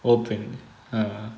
okay ah